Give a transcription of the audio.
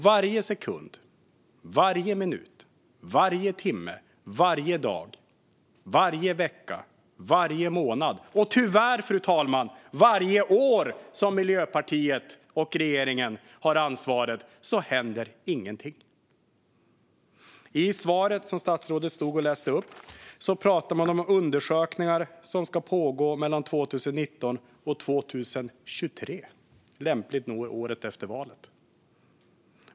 Varje sekund, varje minut, varje timme, varje dag, varje vecka, varje månad och tyvärr, fru talman, varje år som Miljöpartiet och regeringen har ansvaret händer ingenting. I svaret som statsrådet läste upp pratar man om undersökningar som ska pågå mellan 2019 och 2023 - lämpligt nog året efter valet.